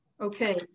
okay